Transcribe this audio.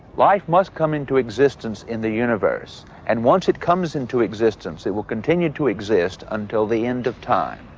life must come into existence in the universe, and once it comes into existence it will continue to exist until the end of time,